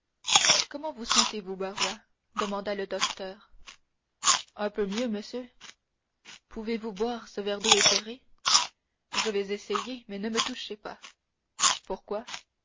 comment vous sentez-vous barrois demanda le docteur un peu mieux monsieur pouvez-vous boire ce verre d'eau éthérée je vais essayer mais ne me touchez pas pourquoi